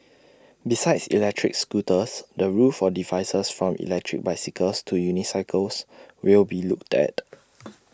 besides electric scooters the rules for devices from electric bicycles to unicycles will be looked at